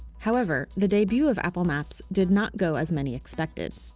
however, the debut of apple maps did not go as many expected.